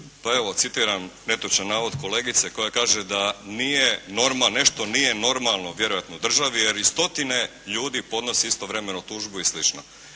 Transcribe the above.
Pa evo citiram netočan navod kolegice koja kaže da nije, nešto nije normalno vjerojatno u državi jer i stotine ljudi podnosi istovremeno tužbu i sl.